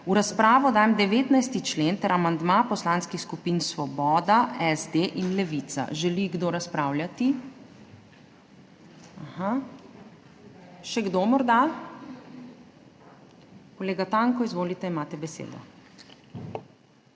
V razpravo dajem 19. člen ter amandma poslanskih skupin Svoboda, SD in Levica. Želi kdo razpravljati? Aha. Še kdo, morda? Kolega Tanko, izvolite, imate besedo.